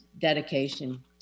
dedication